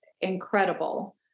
incredible